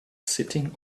sitting